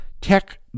tech